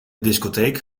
discotheek